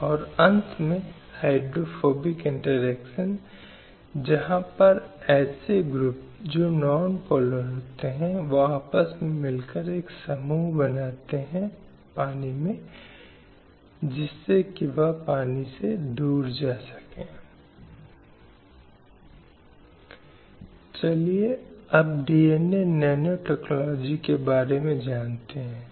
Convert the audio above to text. हिंसा शब्द को इस रूप में परिभाषित किया गया है "लिंग आधारित हिंसा का कोई भी कार्य जिसके परिणामस्वरूप महिलाओं को शारीरिक यौन या मनोवैज्ञानिक नुकसान या पीड़ित होने की संभावना है जिसमें इस तरह के कृत्यों का खतरा जबरदस्ती या स्वतंत्रता से मनमाना अभाव शामिल है चाहे सार्वजनिक या निजी जीवन में घटित होना